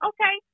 Okay